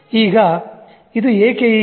ಈಗ ಇದು ಏಕೆ ಹೀಗೆ